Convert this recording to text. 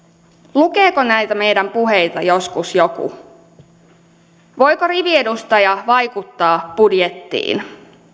lukeeko näitä meidän puheitamme joskus joku voiko riviedustaja vaikuttaa budjettiin